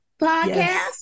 Podcast